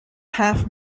half